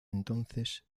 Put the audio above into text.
entonces